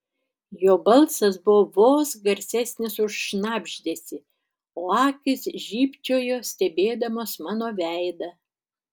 jo balsas buvo vos garsesnis už šnabždesį o akys žybčiojo stebėdamos mano veidą